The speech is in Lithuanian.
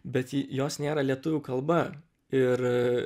bet ji jos nėra lietuvių kalba ir